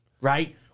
right